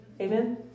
Amen